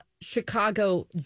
Chicago